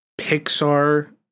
Pixar